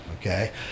Okay